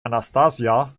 anastasia